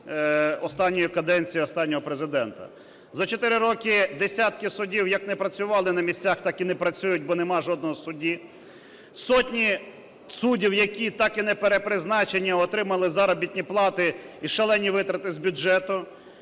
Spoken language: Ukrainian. останньої каденції останнього Президента. За 4 роки десятки судів як не працювали на місцях, так і не працюють, бо нема жодного судді. Сотні суддів, які так і не перепризначені, отримали заробітні плати і шалені витрати з бюджету.